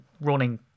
running